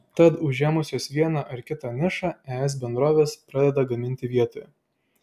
tad užėmusios vieną ar kitą nišą es bendrovės pradeda gaminti vietoje